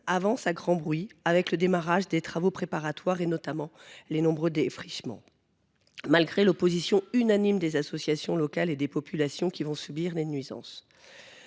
avance à grand bruit avec le démarrage des travaux préparatoires, notamment de nombreux défrichements, malgré l’opposition unanime des associations locales et des populations qui en subiront les nuisances.